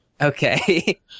Okay